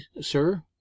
sir